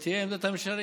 תהיה עמדת הממשלה להתנגד,